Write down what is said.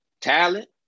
talent